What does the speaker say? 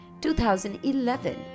2011